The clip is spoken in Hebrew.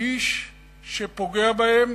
האיש שפוגע בהם